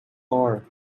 are